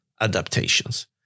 adaptations